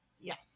yes